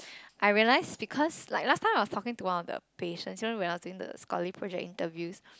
I realize because like last time I was talking to one of the patients you know when I was doing the scholar project interviews